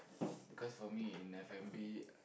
because of me in f-and-b